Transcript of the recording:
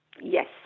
Yes